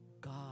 God